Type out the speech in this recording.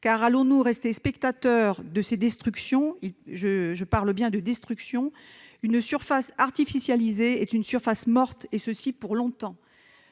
Allons-nous rester spectateurs de ces destructions ? Car il s'agit bien de destructions ! Une surface artificialisée est une surface morte, et ce pour longtemps.